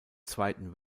zweiten